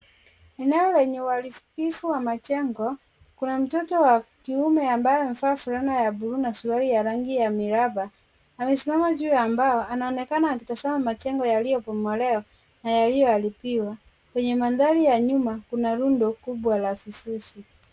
Eneo lenye uharibifu wa majengo. Kuna mtoto wa kiume ambaye amevaa fulana ya bluu na suruali ya rangi ya miraba. Amesimama juu ya mbao, anaonekana akitizama majengo yaliyobomolewa na yaliyoharibiwa. Kwenye mandhari ya nyuma, kuna rundo kubwa la vifusi.